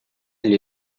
gli